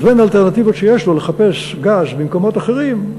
אז בין האלטרנטיבות שיש לו לחפש גז במקומות אחרים,